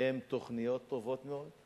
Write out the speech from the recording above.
והתוכניות טובות מאוד,